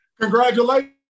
Congratulations